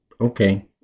okay